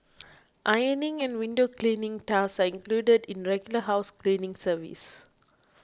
ironing and window cleaning tasks are included in regular house cleaning service